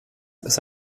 ist